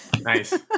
Nice